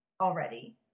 already